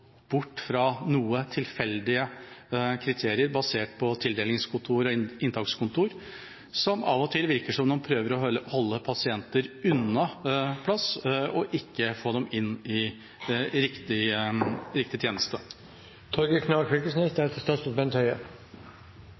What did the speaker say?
bort fra noen tilfeldige kriterier basert på tildelingskontor og inntakskontor, som av og til virker som om de prøver å holde pasienter unna plass og ikke få dem inn til riktig